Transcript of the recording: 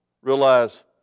Realize